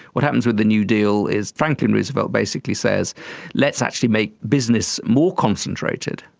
what happens with the new deal is franklin roosevelt basically says let's actually make business more concentrated,